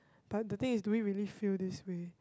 but the thing is do we really feel this way